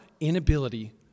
inability